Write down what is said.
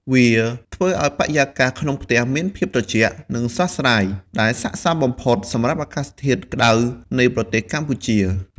វាធ្វើឲ្យបរិយាកាសក្នុងផ្ទះមានភាពត្រជាក់ និងស្រស់ស្រាយ ដែលស័ក្តិសមបំផុតសម្រាប់អាកាសធាតុក្ដៅនៃប្រទេសកម្ពុជា។